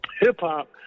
hip-hop